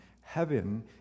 heaven